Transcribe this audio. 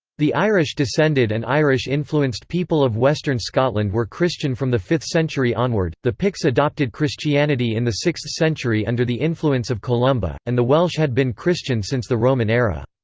the irish descended and irish-influenced people of western scotland were christian from the fifth century onward, the picts adopted christianity in the sixth century under the influence of columba, and the welsh had been christian since the roman era.